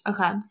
Okay